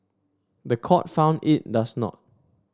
the court found it does not